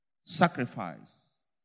sacrifice